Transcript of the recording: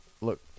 Look